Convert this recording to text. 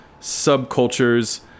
subcultures